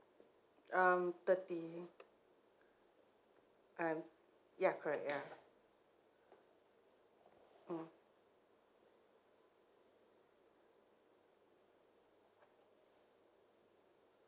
um thirty I'm ya correct ya uh